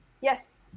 yes